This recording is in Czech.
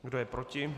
Kdo je proti?